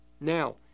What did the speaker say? Now